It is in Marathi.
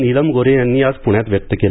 नीलम गोन्हे यांनी आज पूण्यात व्यक्त केला